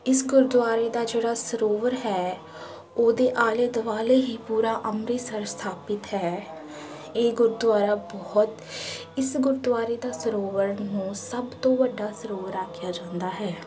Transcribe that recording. ਇਸ ਗੁਰਦੁਆਰੇ ਦਾ ਜਿਹੜਾ ਸਰੋਵਰ ਹੈ ਉਹਦੇ ਆਲੇ ਦੁਆਲੇ ਹੀ ਪੂਰਾ ਅੰਮ੍ਰਿਤਸਰ ਸਥਾਪਿਤ ਹੈ ਇਹ ਗੁਰਦੁਆਰਾ ਬਹੁਤ ਇਸ ਗੁਰਦੁਆਰੇ ਦਾ ਸਰੋਵਰ ਨੂੰ ਸਭ ਤੋਂ ਵੱਡਾ ਸਰੋਵਰ ਆਖਿਆ ਜਾਂਦਾ ਹੈ